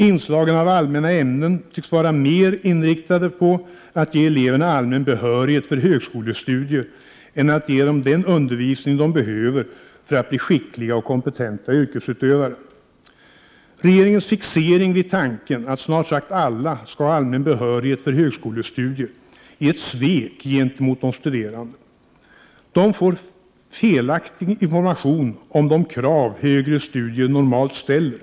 Inslagen av allmänna ämnen tycks mera vara inriktade på att ge eleverna allmän behörighet för högskolestudier än att ge dem den undervisning som de behöver för att bli skickliga och kompetenta yrkesutövare. Regeringens fixering vid tanken att snart sagt alla skall ha allmän behörighet för högskolestudier är ett svek gentemot de studerande. Dessa får Prot. 1988/89:120 felaktig information om de krav högre studier normalt ställer.